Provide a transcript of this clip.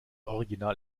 original